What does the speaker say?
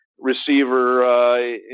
receiver